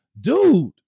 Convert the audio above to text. dude